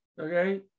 okay